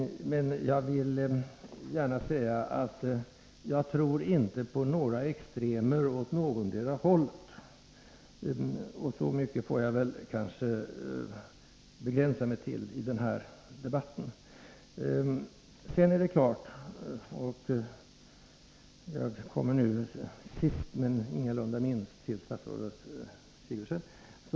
Men jag vill gärna framhålla att jag inte tror på några extremer åt någotdera hållet. Det uttalandet får jag kanske begränsa mig till i den här debatten. Jag kommer nu sist, men ingalunda minst, till statsrådet Sigurdsens anförande.